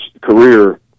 career